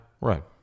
Right